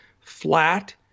flat